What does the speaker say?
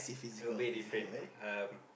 it will be different um